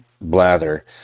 blather